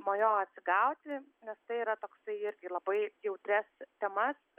nuo jo atsigauti nes tai yra toksai irgi labai jautrias temas